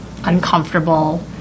uncomfortable